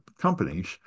companies